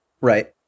Right